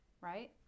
right